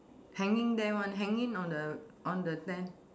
hanging there one hanging on the on the tent